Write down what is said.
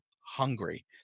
hungry